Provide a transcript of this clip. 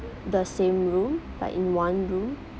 the same room like in one room